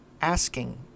asking